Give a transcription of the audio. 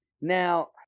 Now